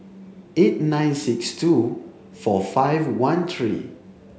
eight nine six two four five one three